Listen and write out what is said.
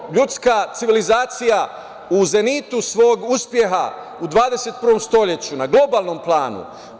Zašto ljudska civilizacija u zenitu svog uspeha u 21. stoleću u globalnom planu?